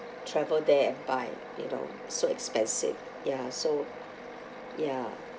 travel there and buy you know so expensive ya so ya